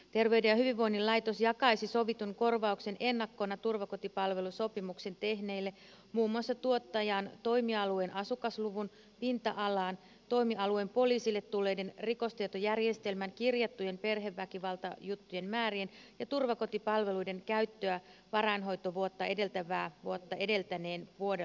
terveyden ja hyvinvoinnin laitos jakaisi sovitun korvauksen ennakkona turvakotipalvelusopimuksen tehneille muun muassa tuottajan toimialueen asukasluvun pinta alan toimialueen poliisille tulleiden rikostietojärjestelmään kirjattujen perheväkivaltajuttujen määrän ja turvakotipalveluiden käytön perusteella varainhoitovuotta edeltäneen vuoden lopussa